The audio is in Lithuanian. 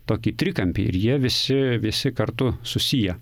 tokį trikampį ir jie visi visi kartu susiję